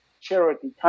charity